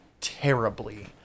terribly